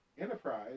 enterprise